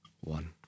one